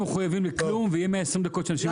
מחויבים לכלום ואנשים יחכו 20 דקות.